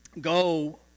go